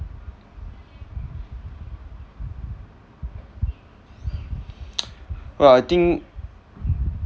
oh I think